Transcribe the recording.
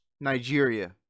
Nigeria